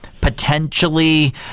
potentially